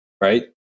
right